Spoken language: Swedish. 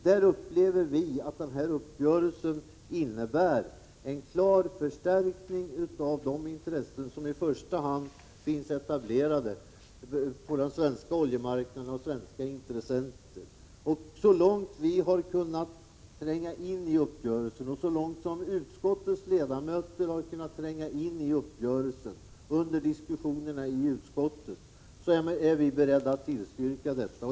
Vi upplever att denna uppgörelse innebär en klar förstärkning av de företag som i första hand finns etablerade på den svenska oljemarknaden och med svenska intressenter. Så långt vi har kunnat tränga in i uppgörelsen, och så långt utskottets ledamöter under diskussionerna i utskottet har kunnat tränga in i uppgörelsen, är vi beredda att tillstyrka affären.